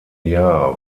jahr